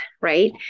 right